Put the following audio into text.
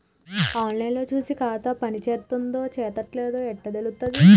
On line లో చూసి ఖాతా పనిచేత్తందో చేత్తలేదో ఎట్లా తెలుత్తది?